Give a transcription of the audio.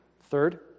Third